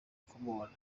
kumubona